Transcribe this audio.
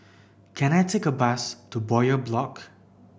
can I take a bus to Bowyer Block